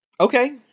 Okay